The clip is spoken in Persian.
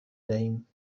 دهیم